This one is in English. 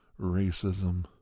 racism